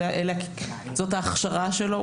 זאת ההכשרה שלו.